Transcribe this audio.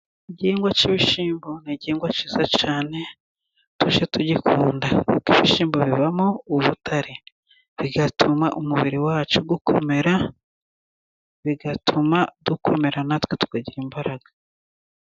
Igihingwa cy'ibishyimbo ni igihingwa cyiza cyane tujye tugikunda kuko ibishyimbo bibamo ubutare, bigatuma umubiri wacu ukomera bigatuma dukomera natwe tukagira imbaraga.